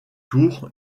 tours